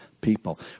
people